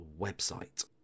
website